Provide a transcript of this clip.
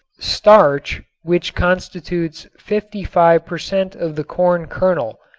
starch, which constitutes fifty-five per cent. of the corn kernel,